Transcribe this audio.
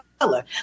color